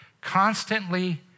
constantly